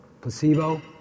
placebo